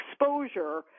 exposure